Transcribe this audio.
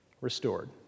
restored